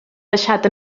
deixat